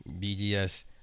BGS